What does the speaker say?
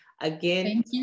Again